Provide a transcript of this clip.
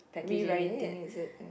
rewriting is it